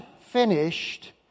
finished